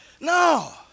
No